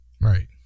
Right